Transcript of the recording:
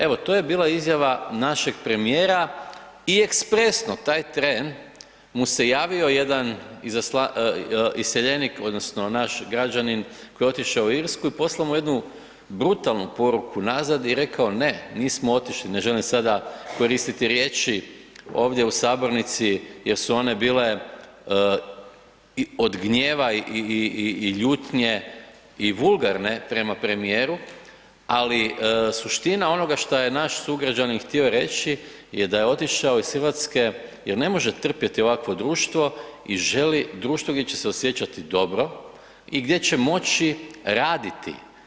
Evo to je bila izjava našeg premijera i ekspresno taj tren mu se javio jedan iseljenik odnosno naš građanin koji je otišao u Irsku i poslao mu jednu brutalnu poruku nazad i rekao ne, nismo otišli, ne želim sada koristiti riječi ovdje u sabornici jer su one bile od gnjeva i ljutne i vulgarne prema premijeru, ali suština onoga što je naš sugrađanin htio reći je da je otišao iz Hrvatske jer ne može trpjeti ovakvo društvo i želi društvo gdje će se osjećati dobro i gdje će moći raditi.